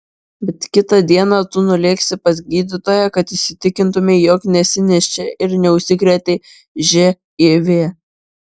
bet kitą dieną tu nulėksi pas gydytoją kad įsitikintumei jog nesi nėščia ir neužsikrėtei živ